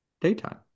Daytime